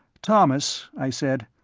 thomas, i said,